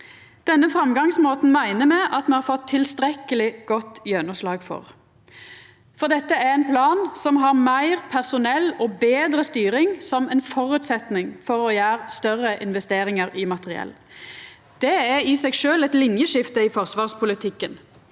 Denne framgangsmåten meiner me at me har fått tilstrekkeleg godt gjennomslag for. Dette er ein plan som har meir personell og betre styring som føresetnad for å gjera større investeringar i materiell. Det er i seg sjølv eit linjeskifte i forsvarspolitikken.